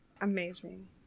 Amazing